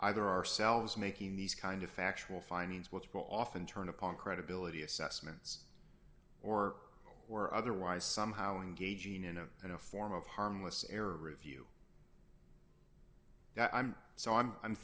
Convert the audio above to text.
either ourselves making these kind of factual findings what's will often turn upon credibility assessments or or otherwise somehow engaging in a in a form of harmless error review that i'm so i'm i'm